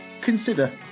consider